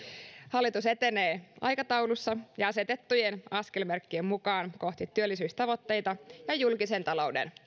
hallitus etenee aikataulussa ja asetettujen askelmerkkien mukaan kohti työllisyystavoitteita ja julkisen talouden